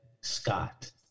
Scott